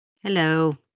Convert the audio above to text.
Hello